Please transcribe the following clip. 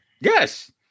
yes